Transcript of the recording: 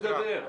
צמוד גדר.